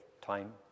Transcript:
time